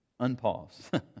unpause